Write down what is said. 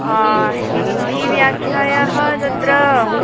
हिन्दीव्याख्यायाः तत्र